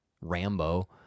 Rambo